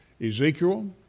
Ezekiel